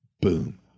Boom